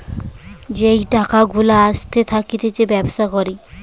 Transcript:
যেই টাকা গুলা আসতে থাকতিছে ব্যবসা করে